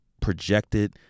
projected